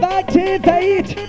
activate